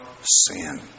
sin